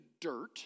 dirt